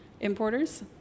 importers